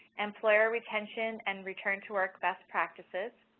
employer retention and return to work best practices.